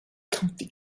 comfy